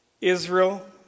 Israel